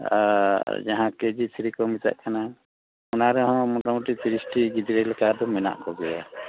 ᱟᱨ ᱡᱟᱦᱟᱸ ᱠᱮᱡᱤ ᱛᱷᱨᱤ ᱠᱚ ᱢᱮᱛᱟᱜ ᱠᱟᱱᱟ ᱚᱱᱟ ᱨᱮᱦᱚᱸ ᱢᱳᱴᱟ ᱢᱩᱴᱤ ᱛᱤᱨᱤᱥ ᱴᱤ ᱜᱤᱫᱽᱨᱟᱹ ᱞᱮᱠᱟ ᱫᱚ ᱢᱮᱱᱟᱜ ᱠᱚ ᱜᱮᱭᱟ